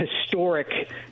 historic